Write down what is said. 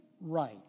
right